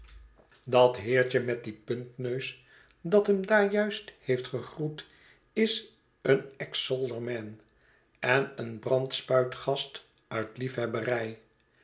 dat heertje met dien puntneus dat hem daar juist heeft gegroet is een exalderman en een brandspuitgast uit liefhebberij